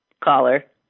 caller